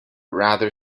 rather